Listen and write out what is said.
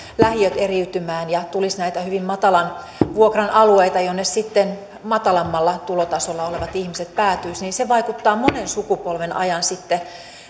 lähiöt eriytymään ja tulisi näitä hyvin matalan vuokran alueita jonne sitten matalammalla tulotasolla olevat ihmiset päätyisivät vaikuttaa monen sukupolven ajan sitten